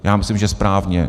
Já myslím, že správně.